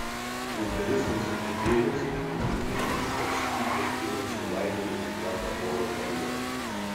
moteris nesugebėjo atsilaikyti prieš ypač stiprią kylančio lainerio sukeltą oro bangą